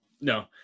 no